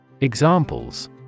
Examples